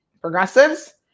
Progressives